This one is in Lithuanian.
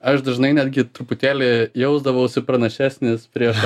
aš dažnai netgi truputėlį jausdavausi pranašesnis prieš